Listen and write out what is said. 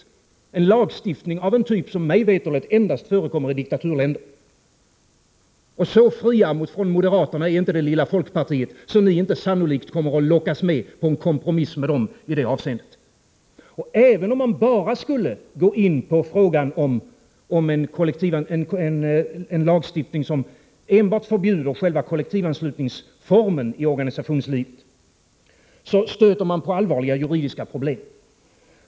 Det skulle bli en lagstiftning, som mig veterligt förekommer endast i diktaturländer. Så fria från moderaterna är inte det lilla folkpartiet att ni inte kommer att lockas med på en kompromiss med moderaterna i detta avseende. Även om man skulle gå in på frågan om en lagstiftning, som förbjuder enbart själva kollektivanslutningen i organisationslivet, stöter man på allvarliga juridiska problem.